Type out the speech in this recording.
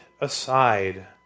aside